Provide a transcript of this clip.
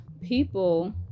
people